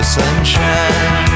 sunshine